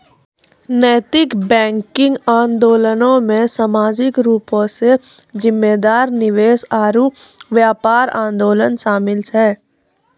नैतिक बैंकिंग आंदोलनो मे समाजिक रूपो से जिम्मेदार निवेश आरु व्यापार आंदोलन शामिल छै